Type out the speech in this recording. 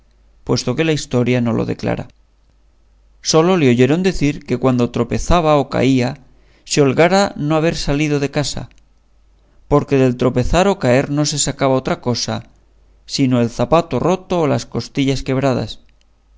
puesto que la historia no lo declara sólo le oyeron decir que cuando tropezaba o caía se holgara no haber salido de casa porque del tropezar o caer no se sacaba otra cosa sino el zapato roto o las costillas quebradas